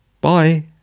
Bye